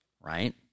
right